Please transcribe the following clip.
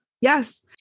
Yes